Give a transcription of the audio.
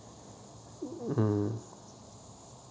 mm